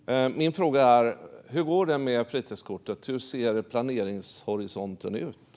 Hur går det med fritidskortet? Hur ser planeringshorisonten ut?